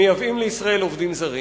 מייבאים לישראל עובדים זרים,